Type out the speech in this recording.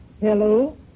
Hello